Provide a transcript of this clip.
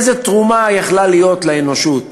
איזו תרומה הייתה יכולה להיות לאנושות.